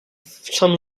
some